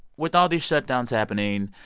with all these shutdowns happening,